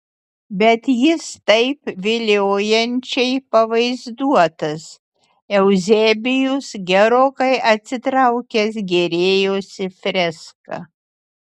bet jis taip viliojančiai pavaizduotas euzebijus gerokai atsitraukęs gėrėjosi freska